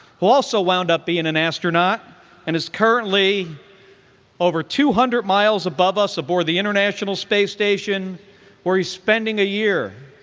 who also wound up being an astronaut and is currently over two hundred miles above us aboard the international space station where he's spending a year,